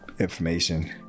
information